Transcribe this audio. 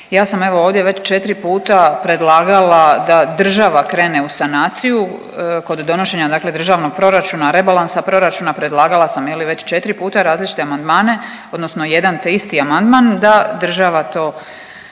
ja sam evo, već 4 puta predlagala da država krene u sanaciju, kod donošenja dakle državnog proračuna, rebalansa proračuna, predlagala sam, je li, već 4 puta različite amandmane odnosno jedan te isti amandman da država to